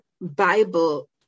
Bible